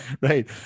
Right